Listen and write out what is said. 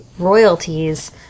royalties